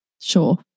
Sure